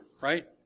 right